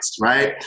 right